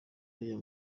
ariya